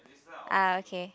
ah okay